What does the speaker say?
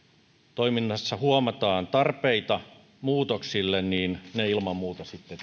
toiminnassa huomataan tarpeita muutoksille niin ne ilman muuta sitten